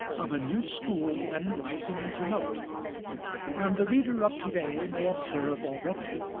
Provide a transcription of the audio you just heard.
of a new school then rising into note and the reader of to-day may observe already,